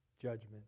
judgment